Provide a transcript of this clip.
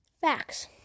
facts